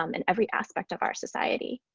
um and every aspect of our society.